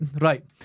right